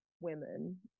women